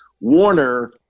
Warner